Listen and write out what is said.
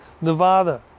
Nevada